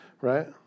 Right